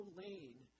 lane